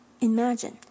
Imagine